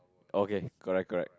okay correct correct